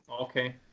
okay